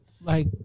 Like-